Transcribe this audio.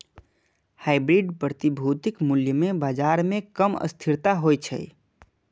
hybrid प्रतिभूतिक मूल्य मे बाजार मे कम अस्थिरता होइ छै